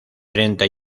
treinta